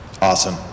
Awesome